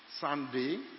Sunday